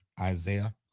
Isaiah